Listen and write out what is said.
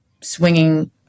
swinging